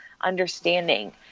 understanding